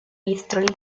bristol